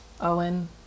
Owen